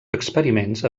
experiments